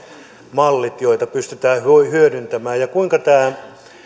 mallit joita pystytään hyödyntämään ja kuinka tämä